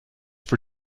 for